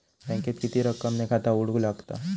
बँकेत किती रक्कम ने खाता उघडूक लागता?